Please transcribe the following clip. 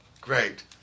Great